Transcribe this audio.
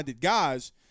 guys